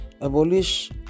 abolish